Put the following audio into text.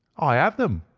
i have them,